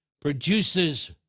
produces